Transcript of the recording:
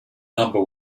number